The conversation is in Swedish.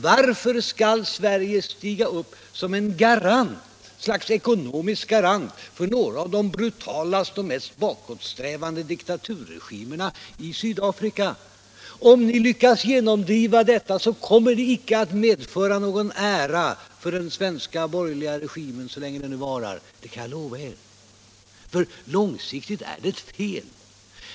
Varför skall Sverige stiga upp som ett slags ekonomisk garant för några av de brutalaste och mest bakåtsträvande diktaturregimerna i Sydamerika? Om ni lyckas genomdriva detta, kommer det icke att medföra någon ära för den svenska borgerliga regimen, så länge den nu varar. Det kan jag lova er! Långsiktigt är detta fel.